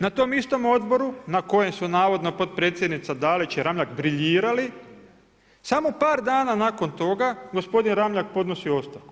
Na tom istom odboru na kojom su navodno potpredsjednica Dalić i Ramljak briljirali, samo par dana nakon toga, gospodin Ramljak podnosi ostavku.